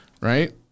Right